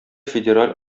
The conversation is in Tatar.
федераль